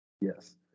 Yes